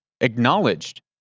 acknowledged